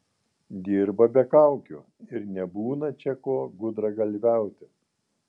dirba be kaukių ir nebūna čia ko gudragalviauti